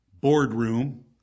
boardroom